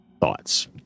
thoughts